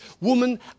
woman